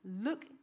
look